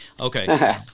Okay